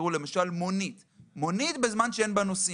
למשל מונית כשאין בה נוסעים,